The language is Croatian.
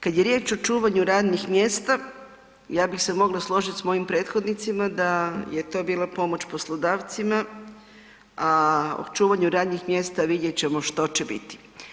Kad je riječ o čuvanju radnih mjesta, ja bih se mogla složiti s mojim prethodnicima, da je to bila pomoć poslodavcima, a o čuvanju radnih mjesta vidjet ćemo što će biti.